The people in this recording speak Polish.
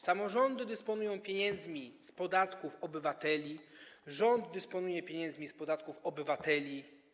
Samorządy dysponują pieniędzmi z podatków obywateli, rząd dysponuje pieniędzmi z podatków obywateli.